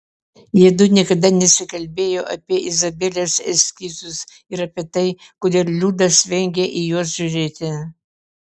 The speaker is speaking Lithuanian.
jiedu niekada nesikalbėjo apie izabelės eskizus ir apie tai kodėl liudas vengia į juos žiūrėti